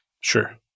Sure